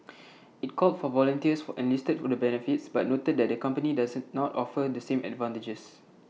IT called for volunteers for and listed the benefits but noted that the company does not offer the same advantages